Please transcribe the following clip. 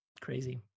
crazy